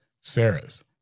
Sarah's